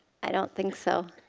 i don't think so.